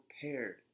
prepared